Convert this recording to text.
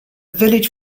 village